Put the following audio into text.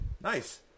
Nice